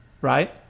Right